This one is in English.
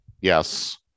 Yes